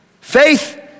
Faith